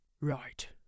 Right